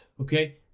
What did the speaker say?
okay